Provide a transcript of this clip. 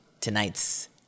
tonight's